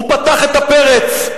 הוא פתח את הפרץ,